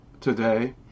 today